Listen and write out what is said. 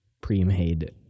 pre-made